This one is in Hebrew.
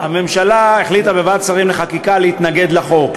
הממשלה החליטה בוועדת שרים לחקיקה להתנגד לחוק,